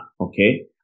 okay